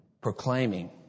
proclaiming